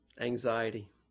anxiety